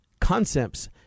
concepts